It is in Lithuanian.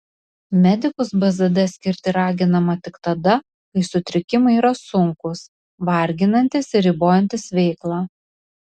medikus bzd skirti raginama tik tada kai sutrikimai yra sunkūs varginantys ir ribojantys veiklą